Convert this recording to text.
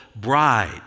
bride